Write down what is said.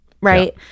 right